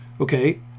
Okay